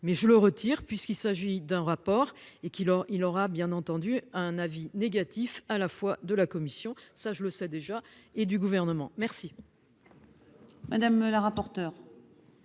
mais je le retire puisqu'il s'agit d'un rapport et qui leur il aura bien entendu un avis négatif à la fois de la commission, ça je le sais déjà et du gouvernement. Merci.